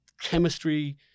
chemistry